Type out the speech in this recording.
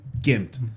gimped